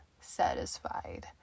satisfied